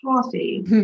Coffee